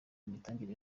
imitangire